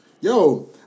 Yo